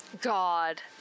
God